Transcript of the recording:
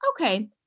okay